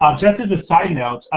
um just as a side note,